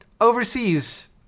overseas